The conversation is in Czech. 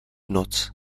noc